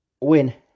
win